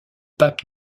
pape